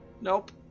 Nope